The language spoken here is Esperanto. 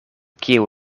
kiu